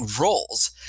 roles